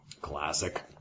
Classic